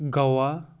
Goa